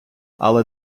але